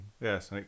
Yes